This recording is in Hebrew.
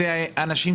זו נקודה ראשונה.